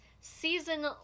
season